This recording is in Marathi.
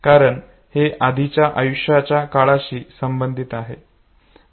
कारण हे आधीच्या आयुष्याच्या काळाशी संबंधित आहे